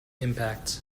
impacts